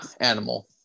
animal